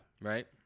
Right